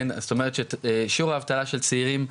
שיעור האבטלה של צעירים,